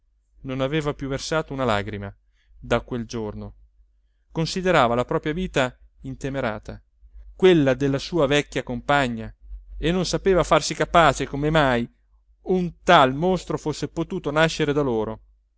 non aveva più versato una lagrima da quel giorno considerava la propria vita intemerata quella della sua vecchia compagna e non sapeva farsi capace come mai un tal mostro fosse potuto nascere da loro